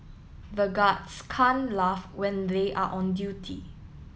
the guards can't laugh when they are on duty